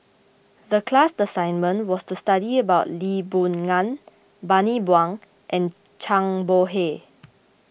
the class assignment was to study about Lee Boon Ngan Bani Buang and Zhang Bohe